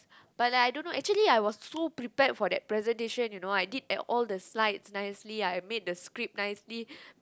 but I don't know actually I was so prepared for that presentation you know I did all the slides nicely I made the script nicely